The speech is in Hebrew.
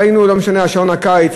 ראינו את שעון הקיץ.